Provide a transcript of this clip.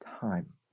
time